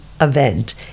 event